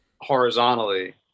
horizontally